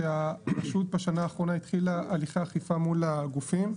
שהרשות בשנה האחרונה התחילה הליכי אכיפה מול הגופים.